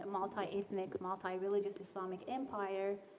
a multiethnic, multireligious islamic empire,